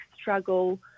struggle